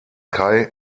kai